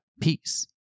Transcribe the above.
peace